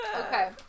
Okay